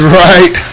right